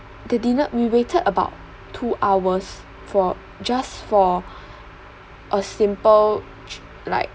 the dinner we waited about two hours for just for a simple like